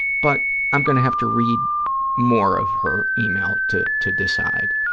but i'm going to have to read more of her yeah e-mail to to decide.